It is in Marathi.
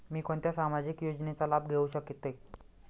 मी कोणत्या सामाजिक योजनेचा लाभ घेऊ शकते?